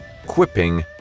quipping